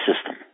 system